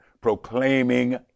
proclaiming